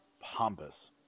Pompous